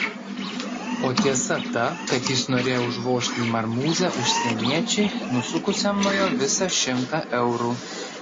o tiesa ta kad jis norėjo užvožti į marmūzę užsieniečiui nusukusiam nuo jo visą šimtą eurų